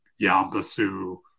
Yambasu